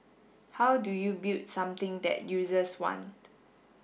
how do you build something that users want